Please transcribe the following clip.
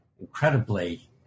incredibly